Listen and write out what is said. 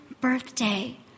birthday